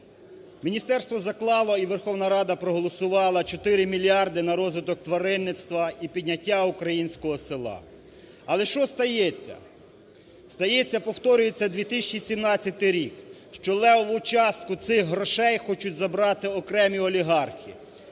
Міністерство заклало і Верховна Рада проголосувала 4 мільярди на розвиток тваринництва і підняття українського села. Але що стається? Стається, повторюється 2017 рік, що левову частку цих грошей хочуть забрати окремі олігархи.